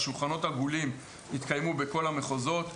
השולחנים העגולים התקיימו בכל המחוזות,